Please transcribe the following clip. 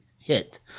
hit